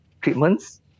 treatments